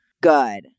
good